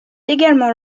également